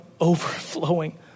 overflowing